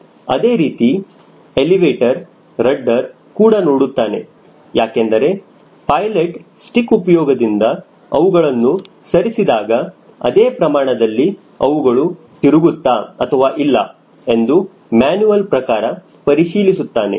ಅದೇ ರೀತಿ elevator rudder ಕೂಡ ನೋಡುತ್ತಾನೆ ಯಾಕೆಂದರೆ ಪೈಲಟ್ ಸ್ಟಿಕ್ ಉಪಯೋಗದಿಂದ ಅವುಗಳನ್ನು ಸರಿಸಿದಾಗ ಅದೇ ಪ್ರಮಾಣದಲ್ಲಿ ಅವುಗಳು ತಿರುಗುತ್ತಾ ಅಥವಾ ಇಲ್ಲ ಎಂದು ಮ್ಯಾನುಯೆಲ್ ಪ್ರಕಾರ ಪರಿಶೀಲಿಸುತ್ತಾನೆ